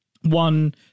one